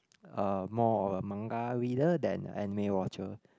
uh more of a manga reader than anime watcher